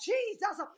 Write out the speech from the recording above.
Jesus